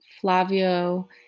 Flavio